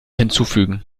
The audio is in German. hinzufügen